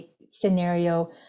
scenario